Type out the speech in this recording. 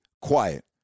quiet